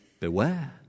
Beware